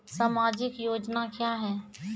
समाजिक योजना क्या हैं?